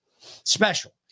Special